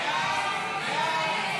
סעיף 1,